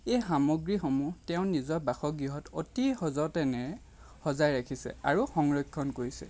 এই সামগ্ৰীসমূহ তেওঁৰ নিজৰ বাসগৃহত অতি সযতনেৰে সজাই ৰাখিছে আৰু সংৰক্ষণ কৰিছে